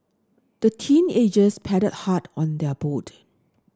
the teenagers paddled hard on their boat